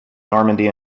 normandy